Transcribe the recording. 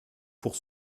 pour